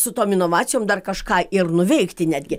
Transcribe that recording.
su tom inovacijom dar kažką ir nuveikti netgi